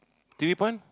T_V point